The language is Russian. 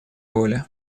воли